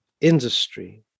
industry